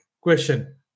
question